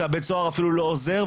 שבית הסוהר אפילו עוזר,